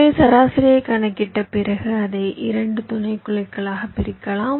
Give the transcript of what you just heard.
எனவே சராசரியைக் கணக்கிட்ட பிறகு அதை 2 துணைக்குழுக்களாகப் பிரிக்கலாம்